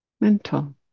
mental